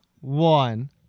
one